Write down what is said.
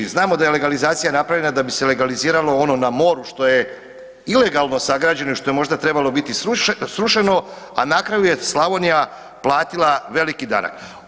Znamo da je legalizacija napravljena da bi se legaliziralo ono na moru što je ilegalno sagrađeno i što je možda trebalo biti srušeno, a na kraju je Slavonija platila veliki danak.